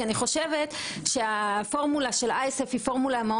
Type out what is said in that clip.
כי אני חושבת שהפורמולה של אייסף היא פורמולה מאוד